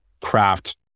craft